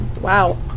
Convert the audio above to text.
Wow